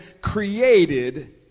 created